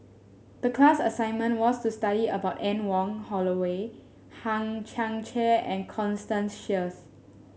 the class assignment was to study about Anne Wong Holloway Hang Chang Chieh and Constance Sheares